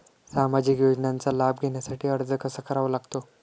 सामाजिक योजनांचा लाभ घेण्यासाठी अर्ज कसा करावा लागतो?